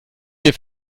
wir